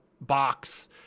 box